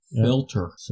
Filter